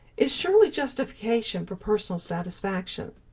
is surely justification for personal satisfaction.